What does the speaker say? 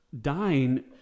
dying